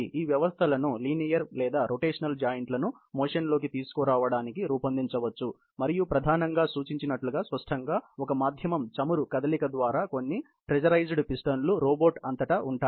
ఈ వ్యవస్థలను లినియర్ లేదా రోటేషనల్ జాయింట్ లను మోషన్ లోకి తీసుకొనిరావడానికి రూపొందించవచ్చు మరియు ప్రధానంగా సూచించినట్లుగా స్పష్టంగా ఒక మాధ్యమం చమురు కదలిక ద్వారా కొన్ని ప్రేజరైజ్డ్ పిస్టన్లు రోబోట్ అంతటా ఉంటాయి